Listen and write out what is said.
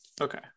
Okay